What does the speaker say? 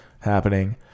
happening